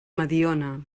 mediona